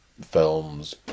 films